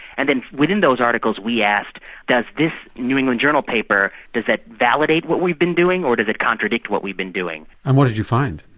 and then within those articles we asked does this new england journal paper, does that validate what we've been doing or does it contradict what we've been doing? and what did you find?